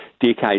decades